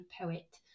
poet